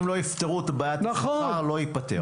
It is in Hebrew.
אם לא יפתרו את בעיית השכר, לא ייפתר.